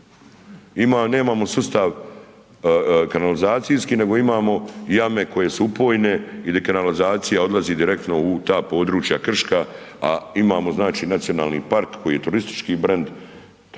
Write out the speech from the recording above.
nemamo sustav kanalizacijski, nego imamo jame koje su upojne ili kanalizacija odlazi direktno u ta područja krška, a imamo znači nacionalni park koji je turistički brend.